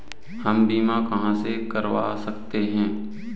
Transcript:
हम बीमा कहां से करवा सकते हैं?